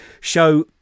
show